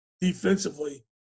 defensively